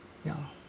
ya